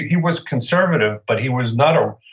he was conservative, but he was not a,